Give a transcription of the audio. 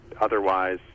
otherwise